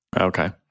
Okay